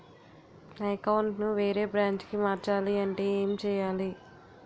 నా అకౌంట్ ను వేరే బ్రాంచ్ కి మార్చాలి అంటే ఎం చేయాలి?